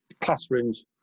classrooms